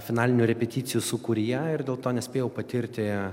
finalinių repeticijų sūkuryje ir dėl to nespėjau patirti